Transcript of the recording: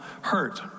hurt